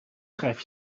schrijf